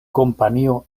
kompanio